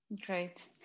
Great